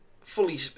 fully